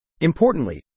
Importantly